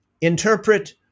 interpret